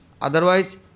otherwise